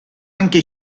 anche